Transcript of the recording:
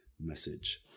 message